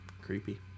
Creepy